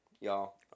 y'all